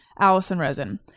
allisonrosen